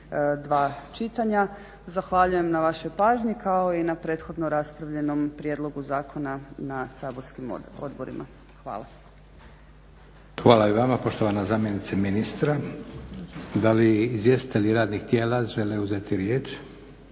Hvala i vama poštovana zamjenice ministra. Da li izvjestitelji radnih tijela žele uzeti riječ?